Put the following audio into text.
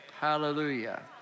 Hallelujah